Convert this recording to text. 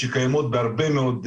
שקיימות בהרבה מאד יישובים,